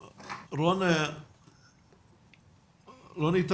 המשבר, מיידית